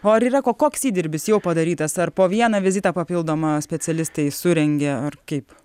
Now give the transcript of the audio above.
o ar yra ko koks įdirbis jau padarytas ar po vieną vizitą papildomą specialistai surengė ar kaip